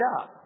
up